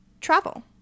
Travel